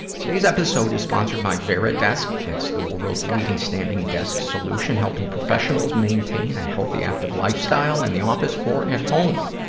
today's episode is sponsored by varidesk. it's the world's leading standing desk solution, helping professional maintain a healthy active lifestyle in the office or at home.